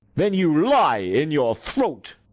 then you lie in your throat.